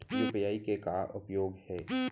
UPI के का उपयोग हे?